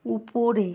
উপরে